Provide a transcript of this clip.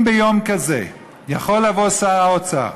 אם ביום כזה יכולים לבוא שר האוצר